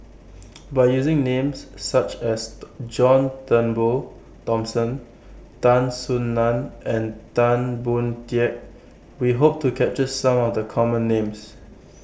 By using Names such as John Turnbull Thomson Tan Soo NAN and Tan Boon Teik We Hope to capture Some of The Common Names